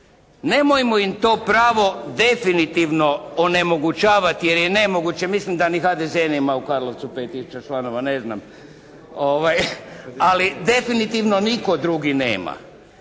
Nemojmo im to pravo definitivno onemogućavati, jer je nemoguće, mislim da ni HDZ nema u Karlovcu 5 tisuća članova, ne znam, ali definitivno nitko drugi nema.